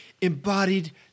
embodied